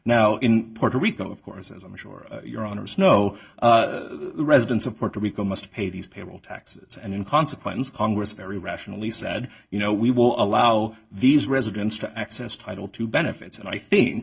now in puerto rico of course as i'm sure your honour's know residents of puerto rico must pay these payroll taxes and in consequence congress very rationally said you know we will allow these residents to access title to benefits and i think